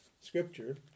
scripture